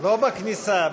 לא בכניסה.